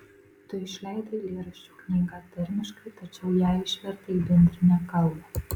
tu išleidai eilėraščių knygą tarmiškai tačiau ją išvertei į bendrinę kalbą